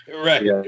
right